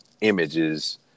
images